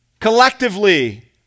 collectively